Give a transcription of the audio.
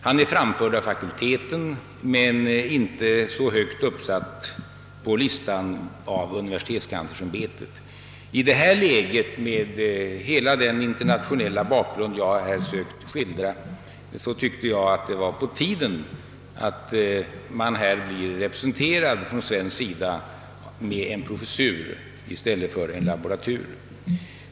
Han är framförd av fakulteten men inte så högt uppsatt på listan av universitetskanslersämbetet. I detta läge och med hela den internationella bakgrund jag här har sökt skildra tyckte jag, att det var på tiden att man från svensk sida blir represente rad med en professur i seismologi i stället för en laboratur.